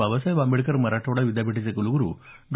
बाबासाहेब आंबेडकर मराठवाडा विद्यापीठाचे कुलगुरु डॉ